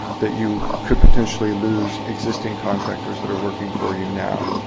that you could potentially lose existing contractors that are working for you now.